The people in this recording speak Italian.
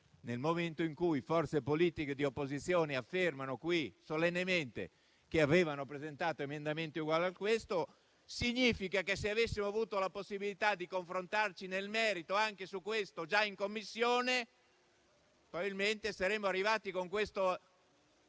nel momento in cui forze politiche di opposizione affermano qui solennemente di aver presentato emendamenti uguali a questo, ciò significa che, se avessimo avuto la possibilità di confrontarci nel merito già in Commissione, probabilmente saremmo arrivati con questa